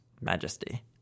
majesty